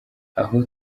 aho